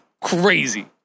crazy